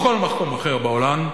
בכל מקום אחר בעולם.